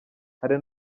hari